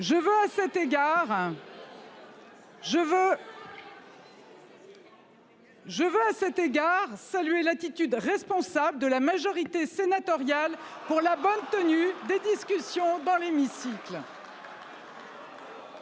Je veux à cet égard salué l'attitude responsable de la majorité sénatoriale pour la bonne tenue des discussions dans l'émission.